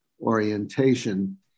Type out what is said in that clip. orientation